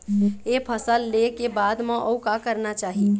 एक फसल ले के बाद म अउ का करना चाही?